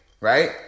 right